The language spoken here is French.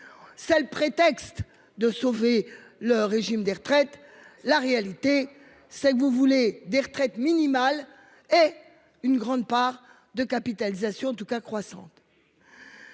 C'est le prétexte de sauver le régime des retraites. La réalité c'est que vous voulez des retraites minimales et une grande part de capitalisation tout cas croissante.